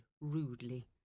rudely